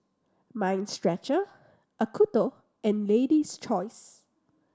Mind Stretcher Acuto and Lady's Choice